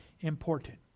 important